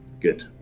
Good